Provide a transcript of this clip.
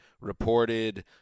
reported